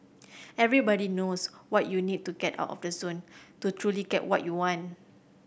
everybody knows what you need to get out of the zone to truly get what you want